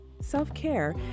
self-care